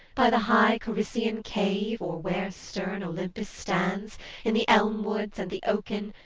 by the high corycian cave, or where stern olympus stands in the elm-woods and the oaken,